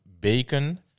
bacon